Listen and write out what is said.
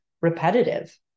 repetitive